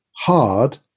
hard